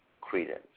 credence